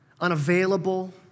unavailable